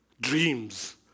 dreams